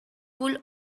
rule